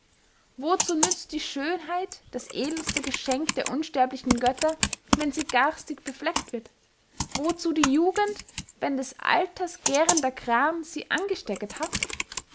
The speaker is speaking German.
wozu nützt die schönheit das edelste geschenck der unsterblichen götter wenn sie garstig befleckt wird wozu die jugend wenn des alters gährender gram sie angestecket hat